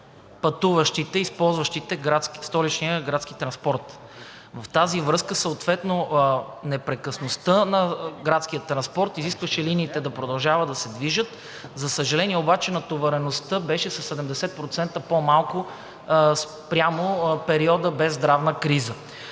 пътуващите, използващите Столичния градски транспорт. В тази връзка съответно непрекъснатостта на градския транспорт изискваше линиите да продължават да се движат, за съжаление обаче, натовареността беше със 70% по-малко спрямо периода без здравна криза.